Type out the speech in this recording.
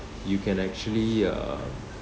you can actually uh